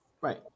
Right